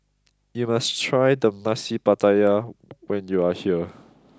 you must try the Nasi Pattaya when you are here